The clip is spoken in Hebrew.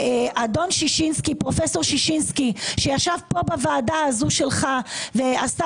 פרופ' ששינסקי שישב פה בוועדה שלך ועשה